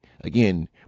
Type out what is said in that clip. again